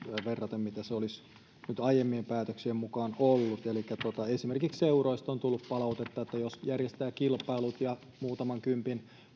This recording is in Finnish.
verraten mitä se olisi aiempien päätöksien mukaan ollut elikkä esimerkiksi seuroista on tullut palautetta että jos järjestää kilpailut ja vaikka muutaman kympin